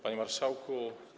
Panie Marszałku!